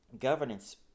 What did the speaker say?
governance